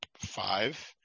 five